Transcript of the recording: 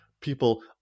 people